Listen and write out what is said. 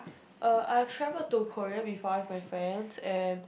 uh I have travelled to Korea before with my friends and